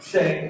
Say